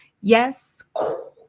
yes